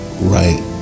right